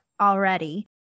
already